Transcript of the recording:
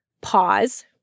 pause